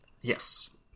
Yes